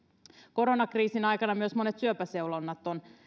koronakriisin aikana myös monet syöpäseulonnat on